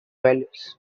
values